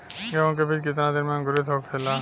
गेहूँ के बिज कितना दिन में अंकुरित होखेला?